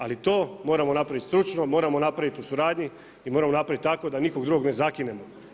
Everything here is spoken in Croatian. Ali to moramo napraviti stručno, moramo napraviti u suradnji i moramo napraviti tako da nikoga drugog ne zakinemo.